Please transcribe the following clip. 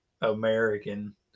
american